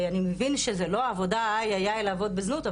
אני מבין שזה לא עבודה איי איי איי לעבוד בזנות,